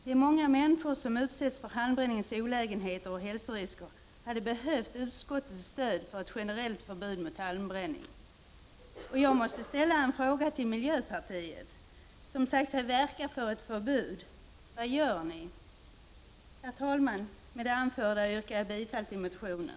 De många människor som utsätts för halmbränningens olägenheter och hälsorisker hade behövt utskottets stöd för ett generellt förbud mot halmbränning. Jag måste ställa en fråga till miljöpartiet, som sagt sig verka för ett förbud: Vad gör ni? Herr talman! Med det anförda yrkar jag bifall till motionen.